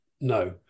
no